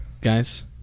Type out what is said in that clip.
Guys